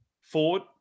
Ford